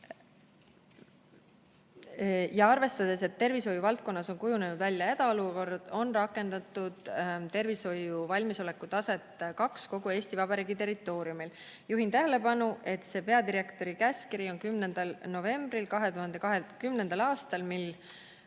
ja arvestades, et tervishoiuvaldkonnas on kujunenud välja hädaolukord, on saadud rakendada tervishoiu valmisoleku taset 2 kogu Eesti Vabariigi territooriumil. Juhin tähelepanu, et see peadirektori käskkiri on 10. novembrist 2020. aastast, mil